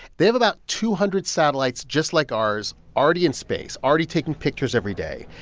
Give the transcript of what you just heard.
they have about two hundred satellites just like ours already in space, already taking pictures every day.